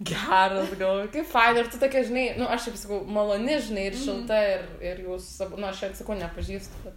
geras galvoju kaip faina ir tu tokia žinai nu aš taip sakau maloni žinai ir šilta ir ir jūs abu nu aš jo sakau nepažįstu bet